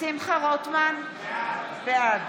שמחה רוטמן, בעד